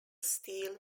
steel